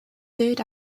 third